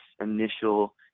initial